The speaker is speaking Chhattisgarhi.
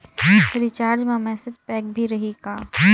रिचार्ज मा मैसेज पैक भी रही का?